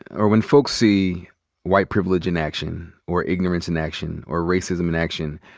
or when folks see white privilege in action, or ignorance in action, or racism in action,